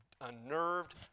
unnerved